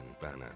banner